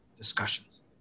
discussions